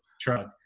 truck